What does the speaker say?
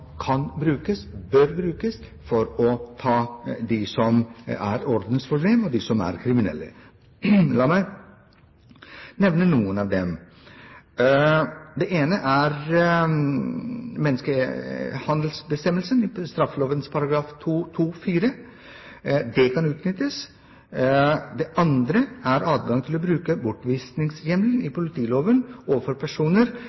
kan brukes, bør brukes, for å ta dem som utgjør et ordensproblem, og dem som er kriminelle. La meg nevne noen av dem. Det ene er menneskehandelsbestemmelsen i straffeloven § 224. Den kan utnyttes. Det andre er adgangen til å bruke bortvisningshjemmelen i politiloven overfor personer